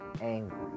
angry